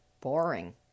boring